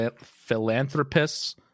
philanthropists